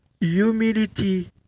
humility